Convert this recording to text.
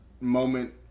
moment